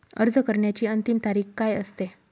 अर्ज करण्याची अंतिम तारीख काय असते?